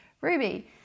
Ruby